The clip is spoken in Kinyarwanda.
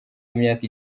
imyaka